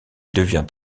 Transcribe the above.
devient